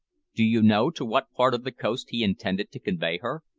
do you know to what part of the coast he intended to convey her?